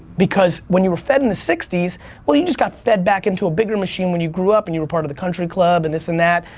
because when you were fed in the sixty s well you just got fed back into a bigger machine when you grew up and you were part of the country club and this and that,